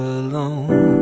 alone